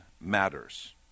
matters